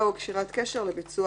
היתה